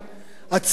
הציבור,